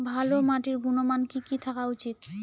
ভালো মাটির গুণমান কি কি থাকা উচিৎ?